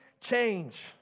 change